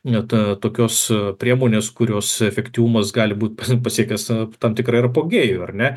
net tokios priemonės kurios efektyvumas gali būt pasiekęs tą tam tikrą ir apogėjų ar ne